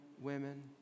women